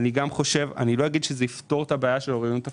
לא אגיד שזה יפתור את הבעיה של האוריינות הפיננסית,